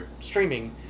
streaming